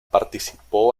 participó